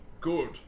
good